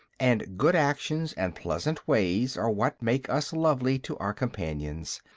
and good actions and pleasant ways are what make us lovely to our companions.